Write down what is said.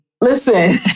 listen